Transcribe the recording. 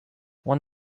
one